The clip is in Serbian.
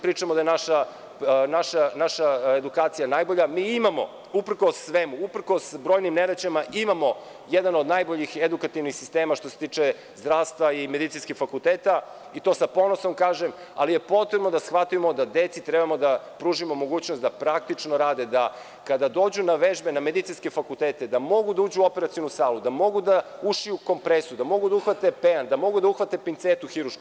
Pričamo da je naša edukacija najbolja, mi imamo, uprkos svemu, uprkos brojnim nedaćama, imamo jedan od najboljih edukativnih sistema što se tiče zdravstva i medicinskih fakulteta, to sa ponosom kažem, ali je potrebno da shvatimo da deci treba da pružimo mogućnost da praktično rade, da kada dođu na vežbe na medicinske fakultete da mogu da uđu u operacionu salu, da mogu da ušiju kompresu, da mogu da uhvate pea, da mogu da uhvate pincetu hirušku.